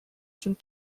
sind